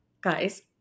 guys